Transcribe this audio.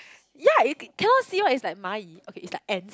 ya you cannot see one it's like 蚂蚁 okay it's like ants